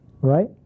right